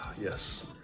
Yes